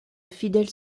fidèle